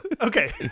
Okay